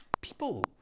People